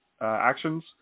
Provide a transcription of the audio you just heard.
actions